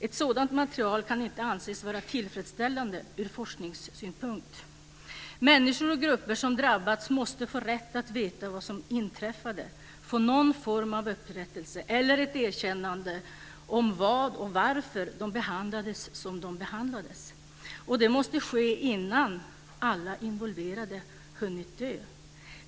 Ett sådant material kan inte anses vara tillfredsställande ur forskningssynpunkt. Människor och grupper som drabbats måste få rätt att veta vad som inträffade, få någon form av upprättelse eller ett erkännande av varför de behandlades som de behandlades. Det måste ske innan alla involverade hunnit dö.